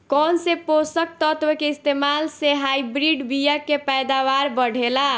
कौन से पोषक तत्व के इस्तेमाल से हाइब्रिड बीया के पैदावार बढ़ेला?